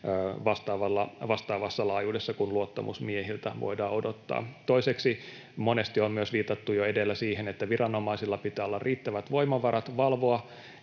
vastaavassa laajuudessa kuin luottamusmiehiltä voidaan odottaa. Toiseksi, monesti on myös viitattu jo edellä siihen, että viranomaisilla pitää olla riittävät voimavarat valvoa,